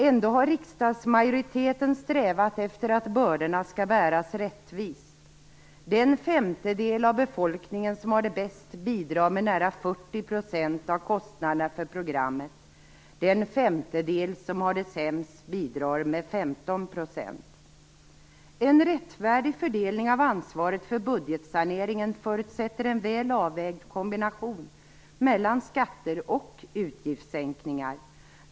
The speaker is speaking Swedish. Ändå har riksdagsmajoriteten strävat efter att bördorna skall bäras rättvist. Den femtedel av befolkningen som har det bäst bidrar med nära 40 % av kostnaderna för programmet. Den femtedel som har det sämst bidrar med 15 %. En rättfärdig fördelning av ansvaret för budgetsaneringen förutsätter en väl avvägd kombination mellan skatter och utgiftssänkningar.